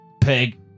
pig